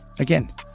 Again